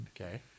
Okay